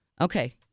Okay